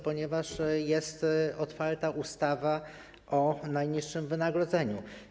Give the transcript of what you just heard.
Ponieważ jest otwarta ustawa o najniższym wynagrodzeniu.